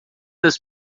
das